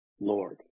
Lord